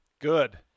Good